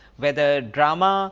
whether drama